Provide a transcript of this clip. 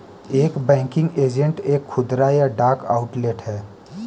एक banking agent एक खुदरा या डाक आउटलेट है